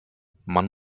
man